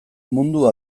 mundu